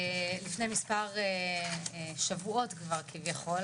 לפני מספר שבועות כבר כביכול.